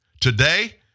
Today